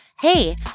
Hey